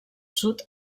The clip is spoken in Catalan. sud